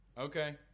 Okay